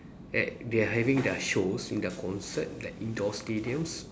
at they are having their shows in their concert like indoor stadiums